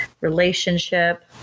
relationship